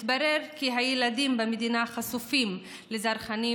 מתברר כי הילדים במדינה חשופים לזרחנים